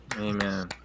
Amen